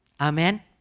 Amen